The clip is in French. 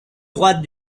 droite